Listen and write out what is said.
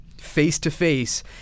face-to-face